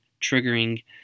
triggering